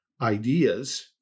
ideas